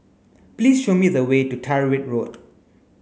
please show me the way to Tyrwhitt Road